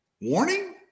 Warning